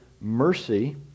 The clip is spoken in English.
mercy